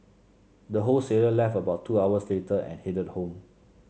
the wholesaler left about two hours later and headed home